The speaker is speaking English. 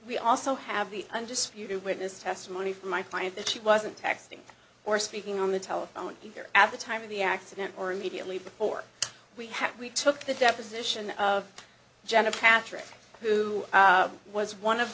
we also have the undisputed witness testimony from my client that she wasn't texting or speaking on the telephone either at the time of the accident or immediately before we had we took the deposition of jenna patrick who was one of